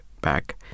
back